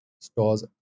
stores